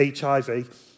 HIV